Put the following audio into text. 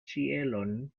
ĉielon